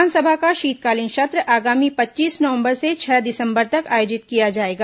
विधानसभा का शीतकालीन सत्र आगामी पच्चीस नवंबर से छह दिसंबर तक आयोजित किया जाएगा